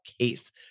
case